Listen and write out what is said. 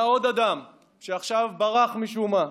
היה עוד אדם, שעכשיו ברח משום מה,